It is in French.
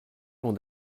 l’ont